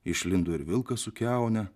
išlindo ir vilkas su kiaune